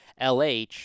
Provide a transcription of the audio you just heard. LH